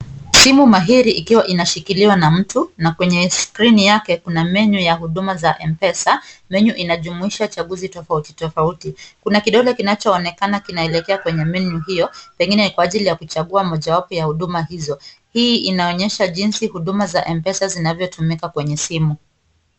Simu mairi ikiwa inashikiliwa na mtu na kwenye skrini yake kuna menyu za huduma za M-pesa, menyu inajumuisha chaguzi tofauti tofauti. Kuna kidole kinachoonekana kinaelekea kwenye menyu hiyo, pengine ni kwa ajili ya kuchagua mojawapo ya huduma hizo. Hii inaonyesha jinsi huduma za M-pesa zinavyotumika kwenye simu.